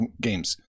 games